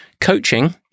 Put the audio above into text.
Coaching